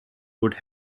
would